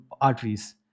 arteries